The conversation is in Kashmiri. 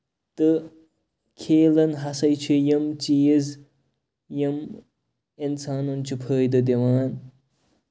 تہٕ کھیلَن ہسا چھِ یِم چیٖز یِم اِنسانَن چھِ فٲیدٕ دِوان